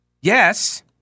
yes